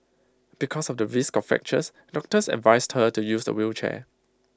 because of the risk of fractures doctors advised her to use A wheelchair